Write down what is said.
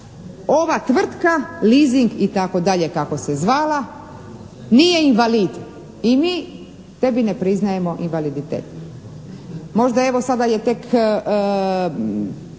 ova tvrtka leasing i tako dalje kako se zvala nije invalid i mi tebi ne priznajemo invaliditet.» Možda evo sada je tek,